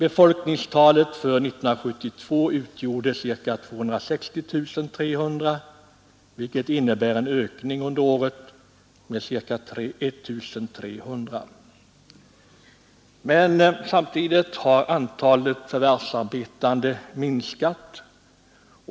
Befolkningstalet för 1972 utgjorde cirka 260 300, vilket innebar en ökning under året med cirka 1 300. Samtidigt har antalet förvärvsarbetande minskat.